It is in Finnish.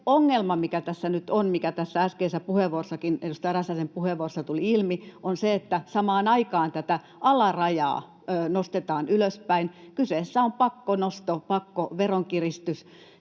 edustaja Räsäsen puheenvuorossa, tuli ilmi, on se, että samaan aikaan tätä alarajaa nostetaan ylöspäin. Kyseessä on pakkonosto, pakkoveronkiristys,